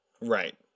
Right